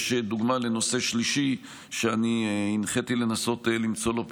יש דוגמה לנושא שלישי שאני הנחיתי לנסות למצוא לו פתרון,